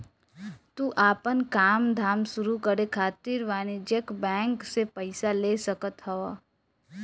तू आपन काम धाम शुरू करे खातिर वाणिज्यिक बैंक से पईसा ले सकत हवअ